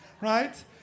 right